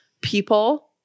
people